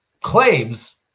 claims